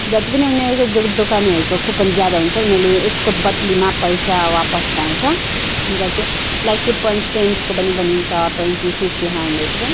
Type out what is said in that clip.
जति पनि उनीहरूको जो दोकानेहरूको कुपन ज्यादा हुन्छ उनीहरूले उसको बदलीमा पैसा वापस पाउँछ लाइक कुपन्स टेन्सको पनि बनिन्छ ट्वेन्टी फिप्टी हन्ड्रेडको